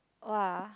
!wah!